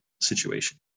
situation